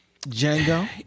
Django